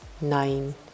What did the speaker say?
nine